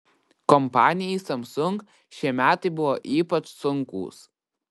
kompanijai samsung šie metai buvo ypač sunkūs